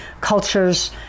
cultures